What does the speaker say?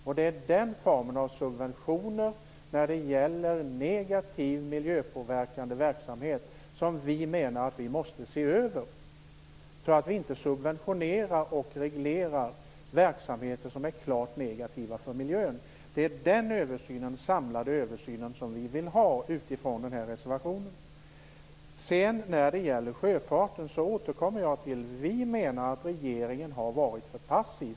Vi menar att vi måste se över detta så att vi inte subventionerar verksamheter som är klart negativa för miljön. Vi vill ha en samlad översyn av detta slag, utifrån det som sägs i reservation 5. När det gäller sjöfarten återkommer jag till det jag har sagt tidigare. Vi menar att regeringen har varit för passiv.